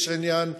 יש עניין,